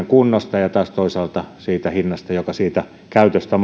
kunnosta ja ja taas toisaalta siitä hinnasta joka siitä käytöstä